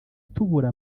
tubura